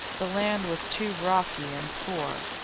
the land was too rocky and poor.